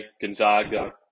Gonzaga